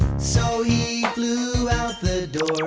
so he flew out the door.